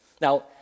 Now